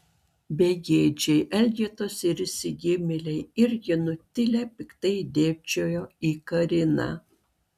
begėdžiai elgetos ir išsigimėliai irgi nutilę piktai dėbčioja į kariną